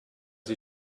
sie